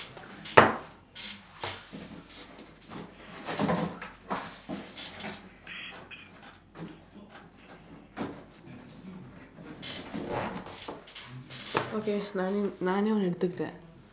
okay நானே நானே ஒன்ன எடுத்துக்கிட்டேன்:naanee naanee onna eduththukkitdeen